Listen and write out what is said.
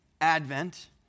Advent